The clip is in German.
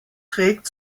trägt